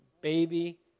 baby